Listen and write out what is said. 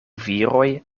viroj